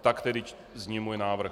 Tak tedy zní můj návrh.